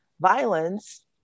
violence